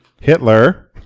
Hitler